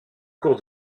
cours